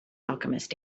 alchemist